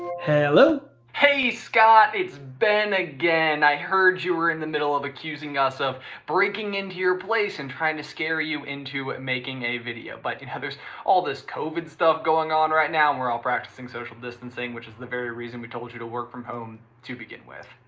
hello? hey scott, it's ben again. i heard you were in the middle of accusing us of breaking into your place and trying to scare you into making a video but you know there's all this covid stuff going on right now, and we're all practicing social distancing which is the very reason we told you to work from home to begin with.